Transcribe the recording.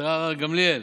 השרה גמליאל,